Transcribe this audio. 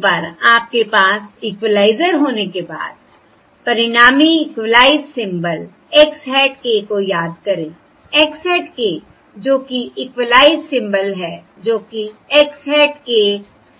और एक बार आपके पास इक्विलाइजर होने के बाद परिणामी equalised symbol x hat k को याद करें x hat k जो कि इक्विलाइज़्ड सिंबल है जो कि x hat k